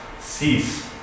cease